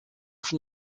from